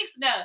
No